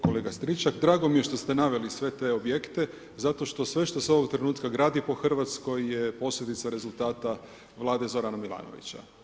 Kolega Stričak, drago mi je što ste naveli sve te objekte zato što sve što se ovog trenutka gradi po Hrvatskoj je posljedica rezultata Vlade Zorana Milanovića.